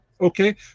okay